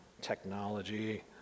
Technology